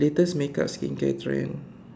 latest makeup skincare trend